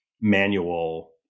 manual